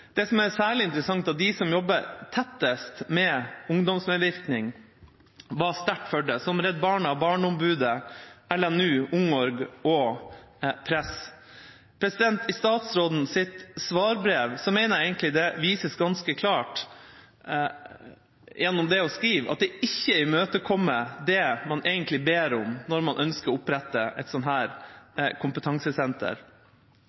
Det som er særlig interessant, er at de som jobber tettest med ungdomsmedvirkning, var sterkt for det – som Redd Barna, Barneombudet, LNU, UngOrg og Press. I statsrådens svarbrev mener jeg egentlig det vises ganske klart gjennom det hun skriver, at det ikke imøtekommer det man egentlig ber om når man ønsker å opprette et